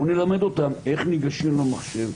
נלמד אותם איך ניגשים למחשב,